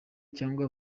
cyangwa